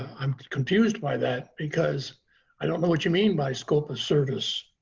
i'm confused by that because i don't know what you mean by scope of service.